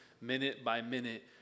minute-by-minute